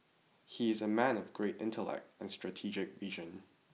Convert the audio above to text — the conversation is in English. he is a man of great intellect and strategic vision